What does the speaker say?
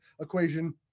equation